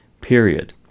period